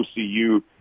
ocu